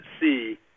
see